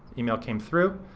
email came through.